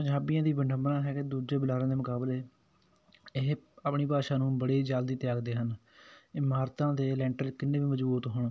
ਪੰਜਾਬੀਆਂ ਦੀ ਵਡੰਬਨਾ ਹੈ ਕਿ ਦੂਜੇ ਬੁਲਾਰਿਆਂ ਦੇ ਮੁਕਾਬਲੇ ਇਹ ਆਪਣੀ ਭਾਸ਼ਾ ਨੂੰ ਬੜੀ ਜਲਦੀ ਤਿਆਗਦੇ ਹਨ ਇਮਾਰਤਾਂ ਦੇ ਲੈਂਟਰ ਕਿੰਨੇ ਵੀ ਮਜ਼ਬੂਤ ਹੋਣ